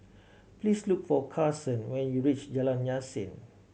please look for Carson when you reach Jalan Yasin